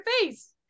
face